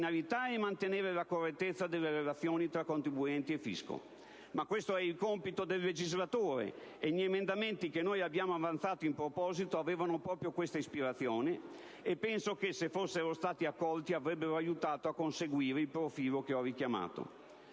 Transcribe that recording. e mantenere la correttezza delle relazioni tra contribuenti e fisco. Ma questo è il compito del legislatore e gli emendamenti che noi abbiamo presentato in proposito avevano proprio questa ispirazione e penso che, se fossero stati accolti, avrebbero aiutato a conseguire il risultato che ho richiamato.